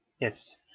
yes